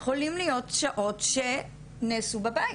יכולים להיות שעות שנעשו בבית.